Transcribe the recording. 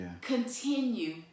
Continue